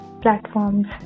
platforms